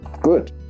Good